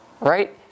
right